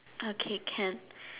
okay can